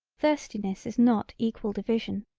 thirstiness is not equal division.